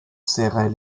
serrait